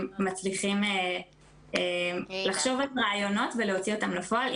מצליחים לחשוב על רעיונות ולהוציא אותם לפועל.